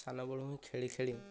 ସାନବେଳୁ ହିଁ ଖେଳି ଖେଳି